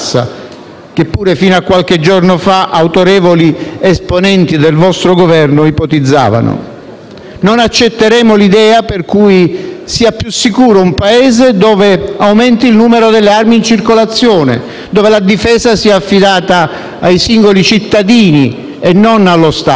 che pure fino a qualche giorno fa autorevoli esponenti del vostro Governo ipotizzavano. Non accetteremo l'idea per cui sia più sicuro un Paese dove aumenti il numero delle armi in circolazione, dove la difesa sia affidata ai singoli cittadini e non allo Stato.